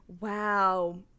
Wow